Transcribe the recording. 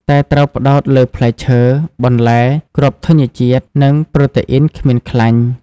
តែត្រូវផ្តោតលើផ្លែឈើ បន្លែ គ្រាប់ធញ្ញជាតិ និងប្រូតេអ៊ីនគ្មានខ្លាញ់។